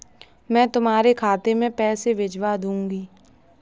मैं तुम्हारे खाते में पैसे भिजवा दूँगी